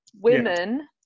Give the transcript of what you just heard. women